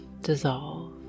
dissolve